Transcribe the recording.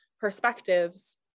perspectives